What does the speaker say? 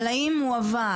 אבל האם הועבר,